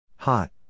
Hot